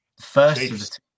First